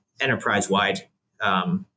enterprise-wide